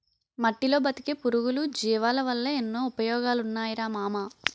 మట్టిలో బతికే పురుగులు, జీవులవల్ల ఎన్నో ఉపయోగాలున్నాయిరా మామా